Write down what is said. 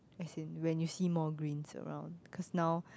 as in when you see more greens around cause now